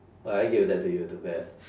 well I gave that to you too bad